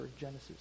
Genesis